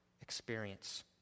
experience